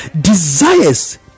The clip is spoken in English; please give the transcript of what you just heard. Desires